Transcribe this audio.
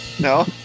No